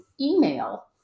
email